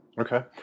Okay